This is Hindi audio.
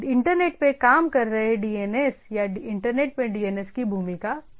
इंटरनेट में काम कर रहे DNS या इंटरनेट में DNS की भूमिका क्या है